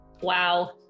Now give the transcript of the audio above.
Wow